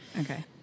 Okay